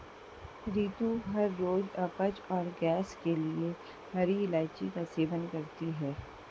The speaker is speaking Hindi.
रितु हर रोज अपच और गैस के लिए हरी इलायची का सेवन करती है